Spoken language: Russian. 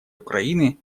украины